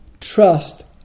trust